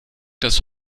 das